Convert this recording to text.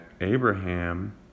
Abraham